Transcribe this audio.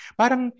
parang